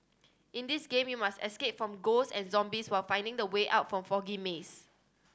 in this game you must escape from ghost and zombies while finding the way out from the foggy maze